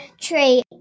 tree